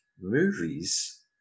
movies